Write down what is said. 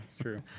true